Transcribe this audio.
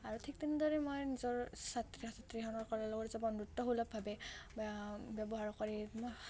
আৰু ঠিক তেনেদৰে মই নিজৰ ছাত্ৰ ছাত্ৰীসকলৰ লগত বন্ধুত্বসুলভভাৱে ব্যৱহাৰ কৰি